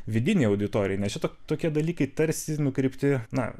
vidinei auditorijai nes šito tokie dalykai tarsi nukrypti na